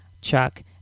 Chuck